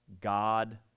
God